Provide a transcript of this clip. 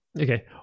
Okay